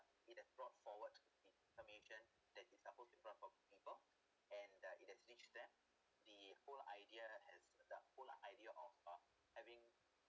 it has brought forward information that it supposed to brought for the people and uh it has reached there the whole idea has the whole idea of uh having